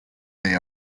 they